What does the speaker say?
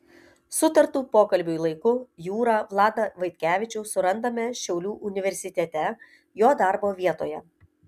sutartu pokalbiui laiku jūrą vladą vaitkevičių surandame šiaulių universitete jo darbo vietoje